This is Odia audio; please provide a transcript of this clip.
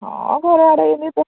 ହଁ ଘର ଆଡ଼େ ଆଇନି ତ